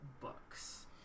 books